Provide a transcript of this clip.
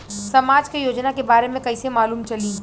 समाज के योजना के बारे में कैसे मालूम चली?